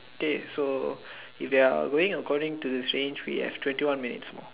okay so if they are going according to sayings we have twenty one minutes more